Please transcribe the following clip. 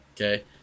Okay